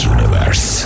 Universe